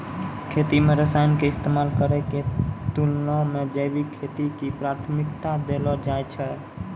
खेती मे रसायन के इस्तेमाल करै के तुलना मे जैविक खेती के प्राथमिकता देलो जाय छै